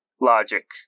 logic